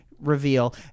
reveal